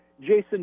Jason